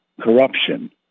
corruption